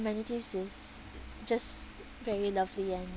amenities is just very lovely and